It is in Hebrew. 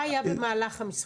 מה היה במהלך המשחק?